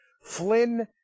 Flynn